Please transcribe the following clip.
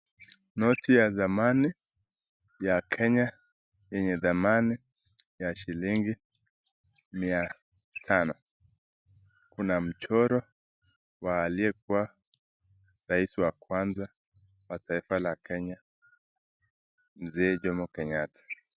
Noti ya zamani ya Kenya , yenye thamani shilingi mia tano, una mchoro wa aliyekuwa rais wa kwanza wa taifa la kenya Mzee Jomo Kenyatta.